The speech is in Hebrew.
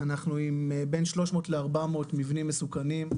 יש לנו בין 300 ל-400 מבנים מסוכנים,